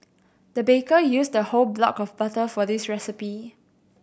the baker used the whole block of butter for this recipe